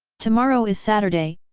tomorrow is saturday,